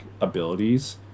abilities